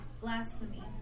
blasphemy